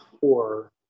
four